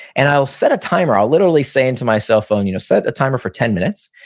and i will set a timer, i will literally say into my cell phone, you know set a timer for ten minutes.